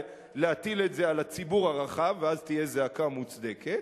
להטיל את זה על הציבור הרחב ואז תהיה זעקה מוצדקת,